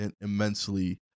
immensely